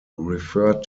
referred